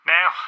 Now